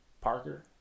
Parker